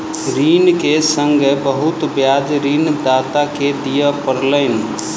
ऋण के संगै बहुत ब्याज ऋणदाता के दिअ पड़लैन